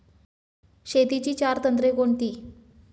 शेतीची चार तंत्रे कोणती?